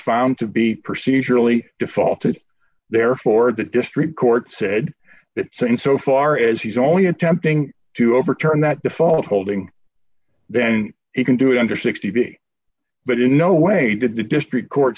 found to be procedurally defaulted therefore the district court said that so in so far as he's only attempting to overturn that default holding then he can do it under sixty v but in no way could the district court